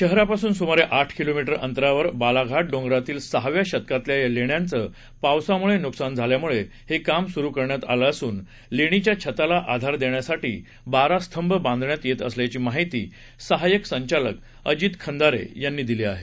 शहरापासून सुमारे आठ किलोमीटर अंतरावर बालाघाट डोंगरातील सहाव्या शतकातल्या या लेण्यांचं पावसामुळे नुकसान झाल्यामुळे हे काम सुरू करण्यात आलं असून लेणीच्या छताला आधार देण्यासाठी बारा स्तंभ बांधण्यात येत असल्याची माहिती सहायक संचालक अजित खंदारे यांनी दिली आहे